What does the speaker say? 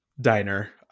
diner